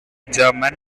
german